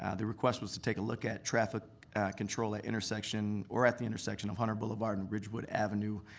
ah the request was to take a look at traffic control at intersection, or at the intersection of hunter blvd. and ridgewood avenue,